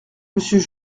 monsieur